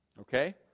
Okay